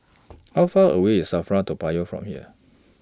How Far away IS SAFRA Toa Payoh from here